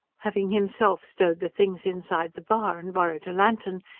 having himself stowed the things inside the bar and borrowed a lantern,